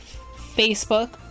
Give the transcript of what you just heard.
Facebook